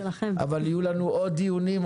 אבל יהיו לנו עוד דיונים,